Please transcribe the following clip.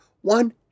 one